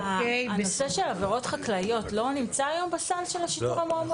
הנושא של עבירות חקלאיות לא נמצא היום בסל של השיטור המועצתי?